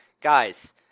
guys